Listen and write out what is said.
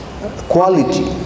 quality